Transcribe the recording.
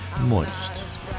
Moist